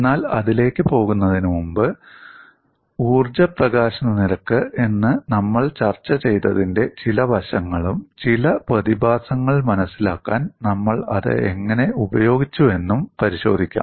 എന്നാൽ അതിലേക്ക് പോകുന്നതിനുമുമ്പ് ഊർജ്ജ പ്രകാശന നിരക്ക് എന്ന് നമ്മൾ ചർച്ച ചെയ്തതിന്റെ ചില വശങ്ങളും ചില പ്രതിഭാസങ്ങൾ മനസിലാക്കാൻ നമ്മൾ അത് എങ്ങനെ ഉപയോഗിച്ചുവെന്നും പരിശോധിക്കാം